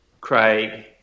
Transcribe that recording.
Craig